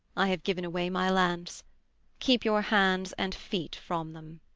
i have given away my lands keep your hands and feet from them.